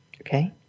Okay